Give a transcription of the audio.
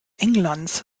englands